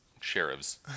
Sheriffs